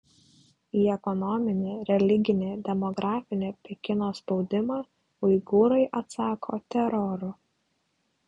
į ekonominį religinį demografinį pekino spaudimą uigūrai atsako teroru